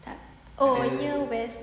tak oh kau nya west